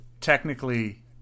technically